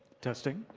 testing,